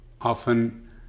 often